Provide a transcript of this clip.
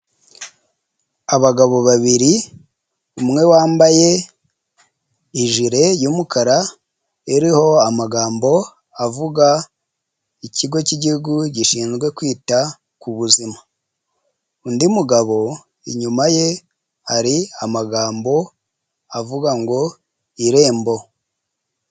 Abagabo babiri umwe wambaye ijire y'umukara iriho amagambo avuga ikigo cy'igihugu gishinzwe kwita ku buzima, undi mugabo inyuma ye hari amagambo avuga ngo irembo.